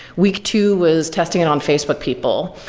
week two was testing it on facebook people,